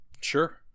Sure